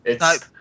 nope